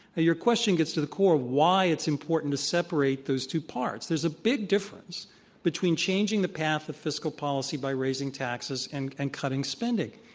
your question gets to the core of why it's important to separate those two parts. there's a big difference between changing the path of fiscal policy by raising taxes and and cutting spending.